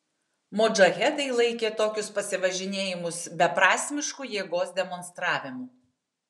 modžahedai laikė tokius pasivažinėjimus beprasmišku jėgos demonstravimu